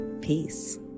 peace